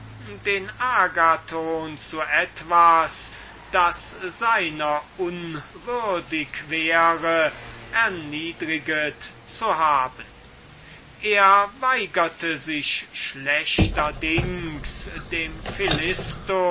den agathon zu etwas das seiner unwürdig wäre erniedriget zu haben er weigerte sich schlechterdings dem